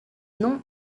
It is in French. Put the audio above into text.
nom